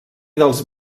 dels